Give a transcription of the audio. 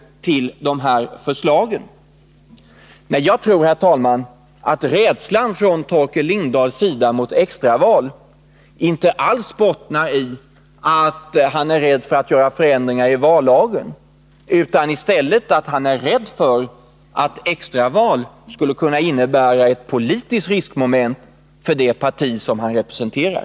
Jag tror emellertid att Torkel Lindahls rädsla för extraval inte alls bottnar i att han inte vill göra förändringar i vallagen, utan i att han befarar att extraval skulle kunna innebära ett politiskt riskmoment för det parti som han representerar.